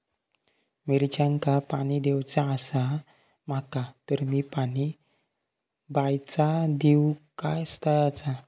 मिरचांका पाणी दिवचा आसा माका तर मी पाणी बायचा दिव काय तळ्याचा?